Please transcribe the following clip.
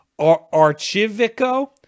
Archivico